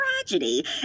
tragedy